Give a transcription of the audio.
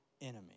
enemy